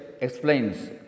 explains